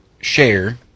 share